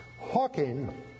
Hawking